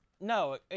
no